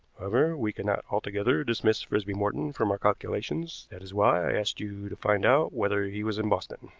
however, we cannot altogether dismiss frisby morton from our calculations, that is why i asked you to find out whether he was in boston,